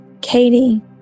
Katie